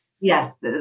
Yes